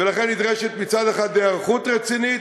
לכן נדרשת מצד אחד היערכות רצינית,